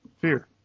fear